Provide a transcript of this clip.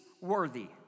worthy